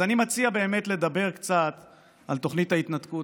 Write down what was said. אז אני מציע לדבר קצת על תוכנית ההתנתקות,